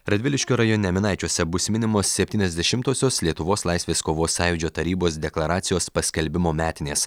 radviliškio rajone minaičiuose bus minimos septyniasdešimtosios lietuvos laisvės kovos sąjūdžio tarybos deklaracijos paskelbimo metinės